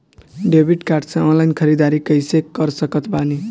Debit card से online ख़रीदारी कैसे कर सकत बानी?